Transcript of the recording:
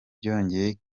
byongeye